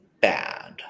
bad